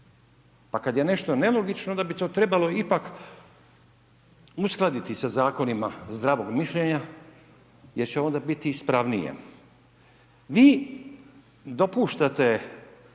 pa kada je nelogično, onda bi to trebalo ipak uskladiti sa Zakonima zdravog mišljenja jer će onda biti ispravnije. Vi dopuštate